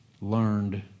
learned